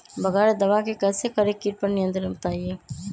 बगैर दवा के कैसे करें कीट पर नियंत्रण बताइए?